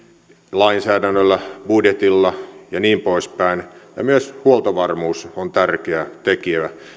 lainsäädännöllä budjetilla ja niin poispäin ja myös huoltovarmuus on tärkeä tekijä